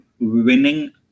winning